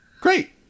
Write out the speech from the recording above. Great